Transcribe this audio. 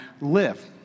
live